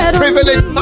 privilege